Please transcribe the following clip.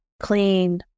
clean